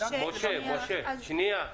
אומר שאנחנו בפיגור של 60-50 שנה בקטע הזה.